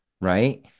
right